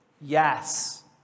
yes